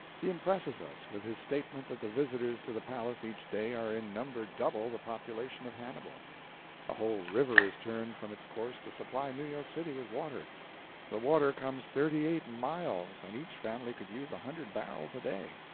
he impresses us with his statement that the visitors to the palace each day are in number double the population of hannibal a whole river is turned from its course to supply new york city with water the water comes thirty-eight miles, and each family could use a hundred barrels a day!